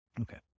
Okay